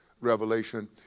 revelation